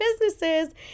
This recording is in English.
businesses